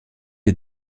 est